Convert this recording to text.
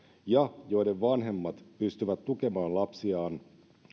ja joiden vanhemmat pystyvät tukemaan lapsiaan